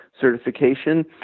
certification